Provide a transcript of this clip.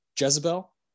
Jezebel